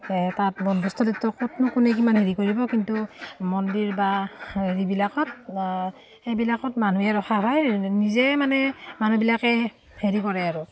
তাত বনভোজস্থলীতো ক'তনো কোনে কিমান হেৰি কৰিব কিন্তু মন্দিৰ বা হেৰিবিলাকত সেইবিলাকত মানুহে ৰখা হয় নিজে মানে মানুহবিলাকে হেৰি কৰে আৰু